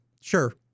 sure